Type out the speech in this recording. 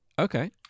Okay